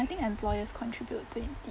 I think employers contribute twenty